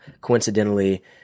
coincidentally